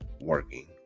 working